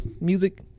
music